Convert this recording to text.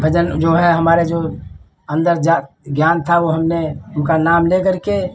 भजन वह जो है हमारे जो अन्दर जात ज्ञान था वह हमने उनका नाम ले करके